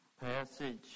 passage